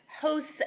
hosts